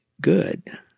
good